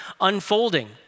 unfolding